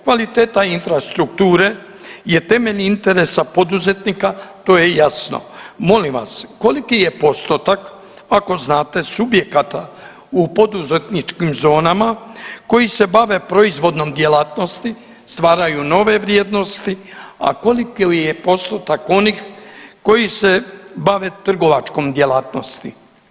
Kvaliteta infrastrukture je temeljni interes za poduzetnika, to je jasno, molim vas koliki je postotak ako znate subjekata u poduzetničkim zonama koji se bave proizvodnom djelatnosti, stvaraju nove vrijednost, a koliki je postotak onih koji se bave trgovačkom djelatnosti?